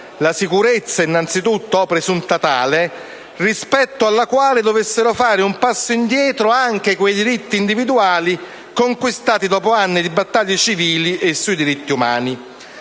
la sicurezza, innanzitutto, o presunta tale - rispetto alla quale dovessero fare un passo indietro anche quei diritti individuali conquistati dopo anni di battaglie civili e sui diritti umani.